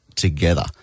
together